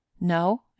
No